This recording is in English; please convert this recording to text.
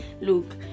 Look